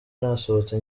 nasohotse